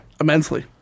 immensely